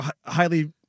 highly